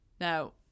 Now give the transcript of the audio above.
Now